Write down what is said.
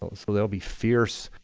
so there'll be fierce